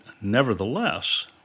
Nevertheless